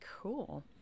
Cool